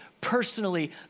personally